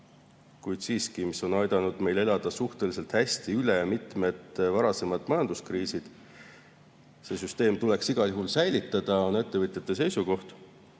meie konkurendid, on aidanud meil elada suhteliselt hästi üle mitmed varasemad majanduskriisid. See süsteem tuleks igal juhul säilitada, on ettevõtjate seisukoht.